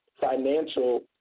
financial